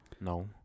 No